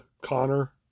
Connor